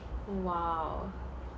!wow!